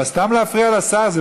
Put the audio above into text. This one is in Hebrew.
אבל סתם להפריע לשר?